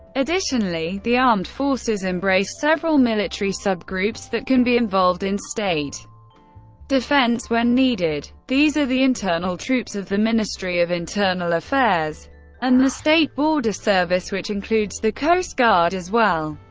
additionally the armed forces embrace several military sub-groups that can be involved in state defense when needed. these are the internal troops of the ministry of internal affairs and the state border service, which includes the coast guard as well.